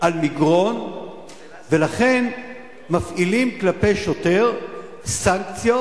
על מגרון ולכן מפעילים כלפי שוטר סנקציות